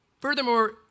Furthermore